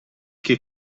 che